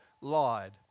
lied